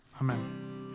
Amen